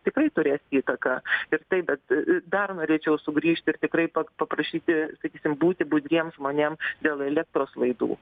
tikrai turės įtaką ir taip bet dar norėčiau sugrįžti ir tikrai paprašyti sakysim būti budriem žmonėm dėl elektros laidų